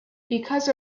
because